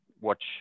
watch